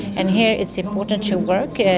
and here it's important to work,